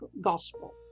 gospel